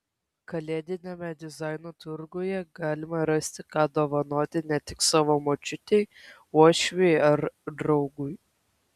kalėdiniame dizaino turguje galima rasti ką dovanoti ne tik savo močiutei uošviui ar draugui